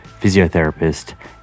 physiotherapist